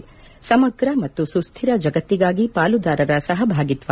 ಸಮಗ್ರ ಮತ್ತು ಸುಸ್ದಿರ ಜಗತ್ತಿಗಾಗಿ ಪಾಲುದಾರರ ಸಹಭಾಗಿತ್ವ